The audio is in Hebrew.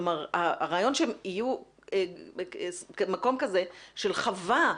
כלומר הרעיון שיהיה מקום כזה של חווה,